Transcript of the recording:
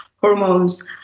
hormones